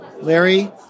Larry